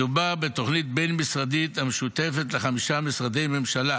מדובר בתוכנית בין-משרדית המשותפת לחמישה משרדי ממשלה